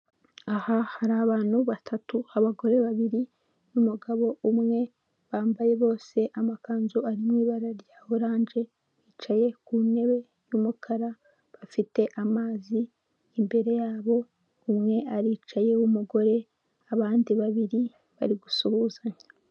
Aha hari abantu batatu, abagore babiri n'umugabo umwe, bambaye bose amakanzu ari mu ibara rya oranje, bicaye ku ntebe y'umukara, bafite amazi imbere yabo, umwe aricaye w'umugore, abandi babiri bari gusuhuzanya.